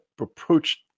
approached